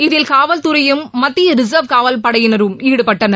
இதில் காவல்துறையும் மத்திய ரிசர்வ் காவல் படையினரும் ஈடுபட்டனர்